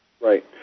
Right